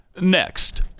next